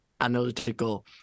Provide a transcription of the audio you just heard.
analytical